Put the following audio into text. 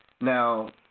Now